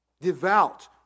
Devout